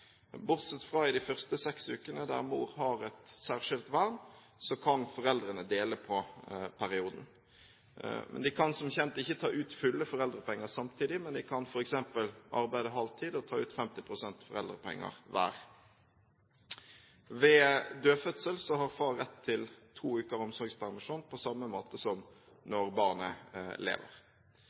Bortsett fra i de første seks ukene, der mor har et særskilt vern, kan foreldrene dele på perioden. De kan, som kjent, ikke ta ut fulle foreldrepenger samtidig, men de kan f.eks. arbeide halv tid og ta ut 50 pst. foreldrepenger hver. Ved dødfødsel har far rett til to uker omsorgspermisjon på samme måte som når barnet lever.